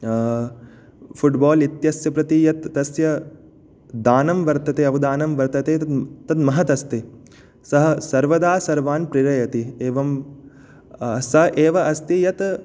football इत्यस्य प्रति यत् तस्य दानं वर्तते अवदानं वर्तते तत् तत् महत् अस्ति सः सर्वदा सर्वान् प्रेरयति एवं सः एव अस्ति यत्